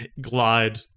glide